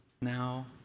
now